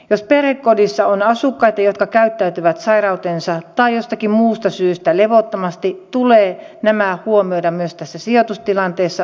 jos perhekodissa on asukkaita jotka käyttäytyvät sairautensa vuoksi tai jostakin muusta syystä levottomasti tulee nämä huomioida myös tässä sijoitustilanteessa